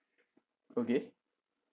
okay